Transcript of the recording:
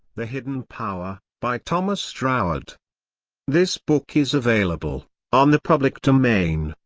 the hidden power, by thomas troward this book is available, on the public domain,